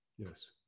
Yes